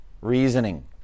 reasoning